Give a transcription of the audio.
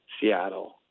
Seattle